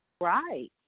Right